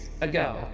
ago